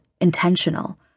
intentional